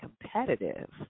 competitive